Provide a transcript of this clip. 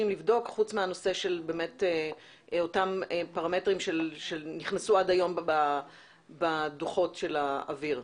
ל בדוק חוץ מאותם פרמטרים שנכנסו עד היום בדו"חות של האוויר.